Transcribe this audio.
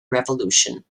revolution